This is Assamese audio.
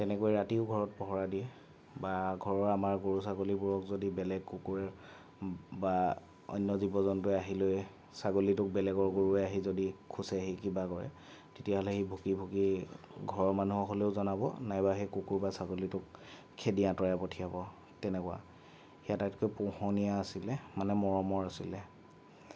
তেনেকৈ ৰাতিও ঘৰত পহৰা দিয়ে বা ঘৰৰ আমাৰ গৰু ছাগলীবোৰক যদি বেলেগ কুকুৰে বা অন্য জীৱ জন্তুৱে আহি লৈ ছাগলীটোক বেলেগৰ গৰুৱে আহি যদি খোঁচেহি কিবা কৰে তেতিয়াহ'লে সি ভুকি ভুকি ঘৰৰ মানুহক হ'লেও জনাব নাইবা সেই কুকুৰ বা ছাগলীটোক খেদি আতঁৰাই কৰি পঠিয়াব তেনেকুৱা সি আটাইতকৈ পোহনীয়া আছিলে মানে মৰমৰ আছিলে